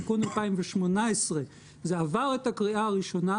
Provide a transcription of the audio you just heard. תיקון 218. זה עבר את הקריאה הראשונה,